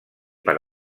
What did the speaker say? per